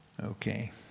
Okay